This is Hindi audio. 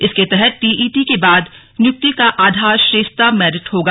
इसके तहत टीईटी के बाद नियुक्ति का आधार श्रेष्ठता मेरिट होगा